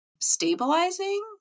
stabilizing